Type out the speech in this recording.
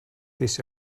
this